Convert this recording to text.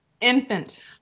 infant